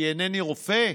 כי אינני רופא,